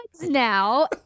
now